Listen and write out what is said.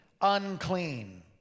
unclean